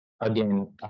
again